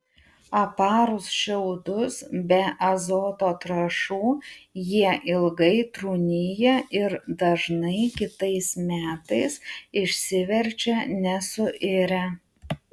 aparus šiaudus be azoto trąšų jie ilgai trūnija ir dažnai kitais metais išsiverčia nesuirę